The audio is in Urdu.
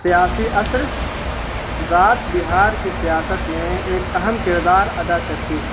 سیاسی عثر ذات بہار کی سیاست میں ایک اہم کردار ادا کرتی ہے